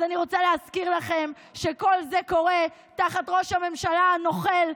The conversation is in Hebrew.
אז אני רוצה להזכיר לכם שכל זה קורה תחת ראש הממשלה הנוכל,